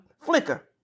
flicker